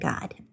God